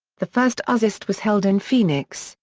the first ozzfest was held in phoenix,